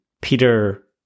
Peter